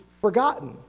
forgotten